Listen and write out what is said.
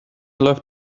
läuft